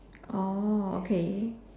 oh okay